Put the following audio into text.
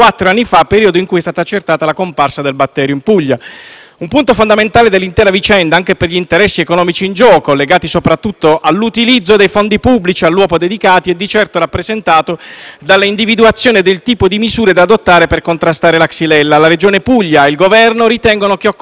Un punto fondamentale dell'intera vicenda, anche per gli interessi economici in gioco, legati soprattutto all'utilizzo dei fondi pubblici all'uopo dedicati, è di certo rappresentato dall'individuazione del tipo di misure da adottare per contrastare la xylella. La Regione Puglia e il Governo ritengono che occorra tagliare gli alberi infetti e quelli maggiormente esposti al contagio